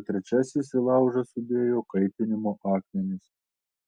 o trečiasis į laužą sudėjo kaitinimo akmenis